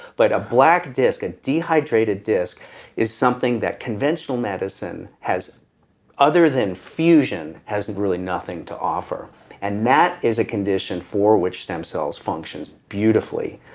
but a black disc, a dehydrated disc is something that conventional medicine other than fusion has really nothing to offer and that is a condition for which stem cells functions beautifully.